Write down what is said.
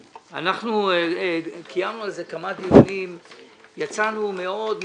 אנחנו קיימנו בנושא כמה דיונים ויצאנו מהם מאוד מתוסכלים.